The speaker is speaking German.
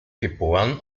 geboren